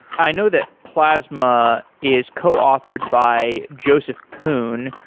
i know that plasma is co-authored by joseph poon,